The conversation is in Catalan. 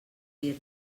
dir